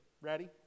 Ready